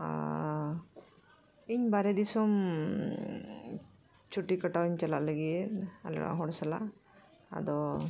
ᱤᱧ ᱵᱟᱨᱦᱮ ᱫᱤᱥᱚᱢ ᱪᱷᱩᱴᱤ ᱠᱟᱴᱟᱣ ᱤᱧ ᱪᱟᱞᱟᱜ ᱞᱟᱹᱜᱤᱫ ᱟᱞᱮ ᱚᱲᱟᱜ ᱦᱚᱲ ᱥᱟᱞᱟᱜ ᱟᱫᱚ